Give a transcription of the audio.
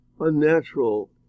unnatural